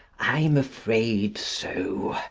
i'm afraid so.